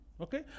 Okay